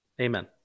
Amen